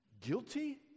guilty